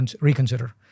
reconsider